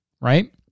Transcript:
right